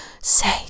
say